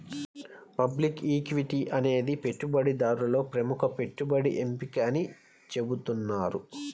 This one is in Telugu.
పబ్లిక్ ఈక్విటీ అనేది పెట్టుబడిదారులలో ప్రముఖ పెట్టుబడి ఎంపిక అని చెబుతున్నారు